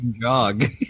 jog